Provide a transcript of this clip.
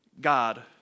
God